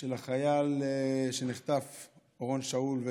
של החייל שנהרג ונחטף אורון שאול.